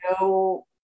no